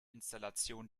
installation